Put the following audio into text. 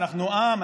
אנחנו עם,